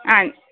ആ